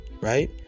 Right